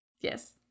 Yes